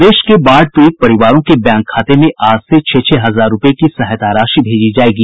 प्रदेश के बाढ़ पीड़ित परिवारों के बैंक खाते में आज से छह छह हजार रूपये की सहायता राशि भेजी जायेगी